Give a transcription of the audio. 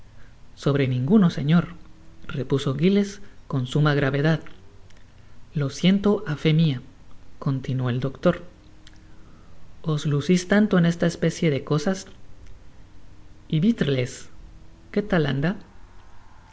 sobre ninguno señor repuso giles con suma gravedad lo siento a fé mia continuó el doctor os lucis tanto en esta especie de cosas y britles que tal anda